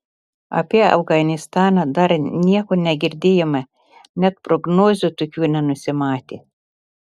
apie afganistaną dar nieko negirdėjome net prognozių tokių nenusimatė